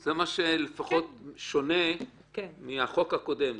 זה מה ששונה מהחוק הקודם.